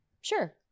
Sure